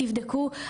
תבדקו,